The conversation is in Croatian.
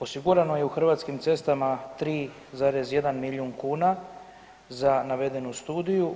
Osigurano je u Hrvatskim cestama 3,1 milijun kuna za navedenu studiju.